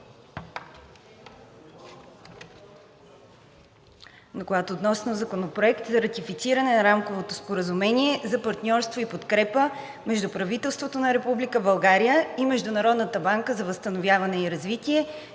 „ДОКЛАД относно Законопроект за ратифициране на Рамковото споразумение за партньорство и подкрепа между правителството на Република България и Международната банка за възстановяване и развитие,